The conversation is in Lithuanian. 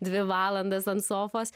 dvi valandas ant sofos